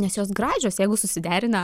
nes jos gražios jeigu susiderina